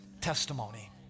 testimony